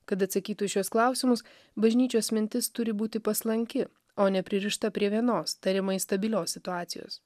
kad atsakytų į šiuos klausimus bažnyčios mintis turi būti paslanki o nepririšta prie vienos tariamai stabilios situacijos